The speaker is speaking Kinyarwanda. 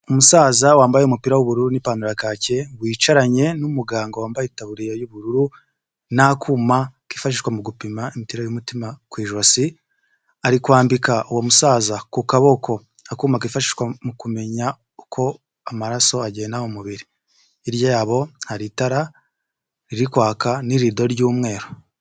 Umusaza wambaye umupi w'ubururu n'ipantaro ya kake, wicaranye n'umuganga wambaye tabuririya yu'bururu n'akuma kifashishwa mu gupima imiterere y'umutima ku ijosi, ari kwambika uwo musaza ku kaboko akuma akuma kifashishwa mu kumenya uko amaraso agenda mu mubiri hirya yabo hari itara riri kwaka n'irido ry'umweru.